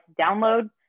download